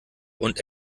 und